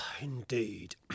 Indeed